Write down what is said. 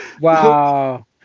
Wow